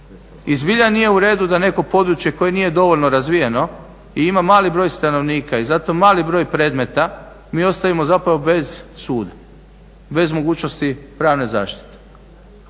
zbilja nije uredu da neko područje koje nije dovoljno razvijeno i imali mali broj stanovnika i zato mali broj predmeta, mi ostajemo bez suda, bez mogućnosti pravne zaštite.